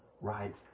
Right